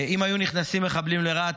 אם היו נכנסים מחבלים לרהט,